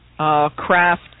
Craft